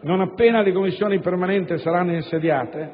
Non appena le Commissioni permanenti saranno insediate,